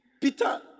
Peter